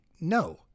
no